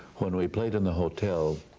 when we played in the hotel